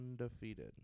undefeated